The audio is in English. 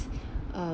err